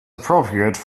appropriate